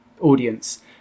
audience